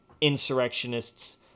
insurrectionists